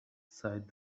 sighed